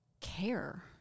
care